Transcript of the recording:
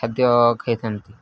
ଖାଦ୍ୟ ଖାଇଥାନ୍ତି